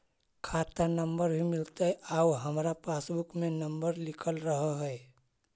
खाता नंबर भी मिलतै आउ हमरा पासबुक में नंबर लिखल रह है?